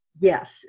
Yes